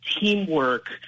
teamwork